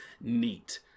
neat